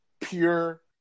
pure